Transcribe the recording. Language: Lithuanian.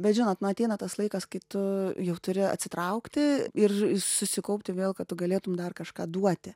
bet žinot nu ateina tas laikas kai tu jau turi atsitraukti ir ir susikaupti vėl kad tu galėtum dar kažką duoti